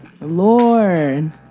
Lord